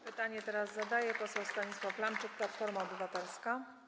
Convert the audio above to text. Pytanie teraz zadaje poseł Stanisław Lamczyk, Platforma Obywatelska.